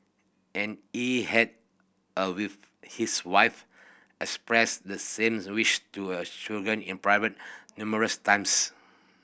and he had a with his wife expressed the same wish to a children in private numerous times